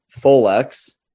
Folex